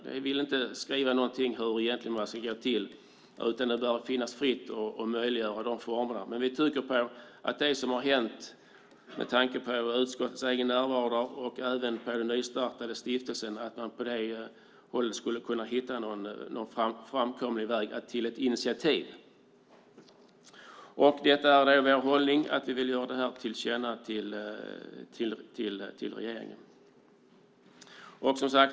Vi vill inte skriva hur man ska gå till väga. Det bör vara fritt att skapa formerna. Vi tycker att med tanke på det som har hänt - utskottets närvaro och den nystartade stiftelsen - skulle kunna hitta en framkomlig väg till ett initiativ. Vår hållning är att vi vill ge regeringen detta till känna.